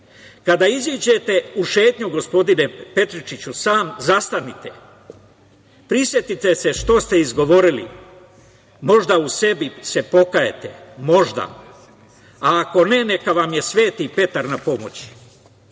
izađete u šetnju, gospodine Petričiću, zastanite, prisetite se šta ste izgovorili. Možda u sebi se pokajete, možda, a ako ne, neka vam je Sveti Petar na pomoći. Uvaženi